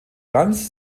ganz